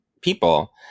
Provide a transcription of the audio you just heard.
people